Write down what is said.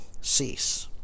cease